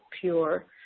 pure